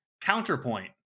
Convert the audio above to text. Counterpoint